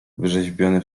wrzeźbiony